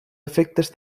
efectes